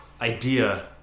idea